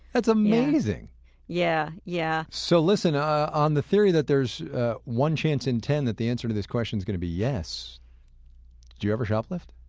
that's amazing yeah, yeah so listen, ah on the theory that there is one chance in ten that the answer to this question is going to be yes do you ever shoplift?